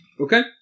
Okay